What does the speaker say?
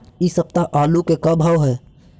इ सप्ताह आलू के का भाव है?